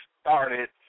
started